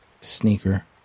sneaker